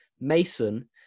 Mason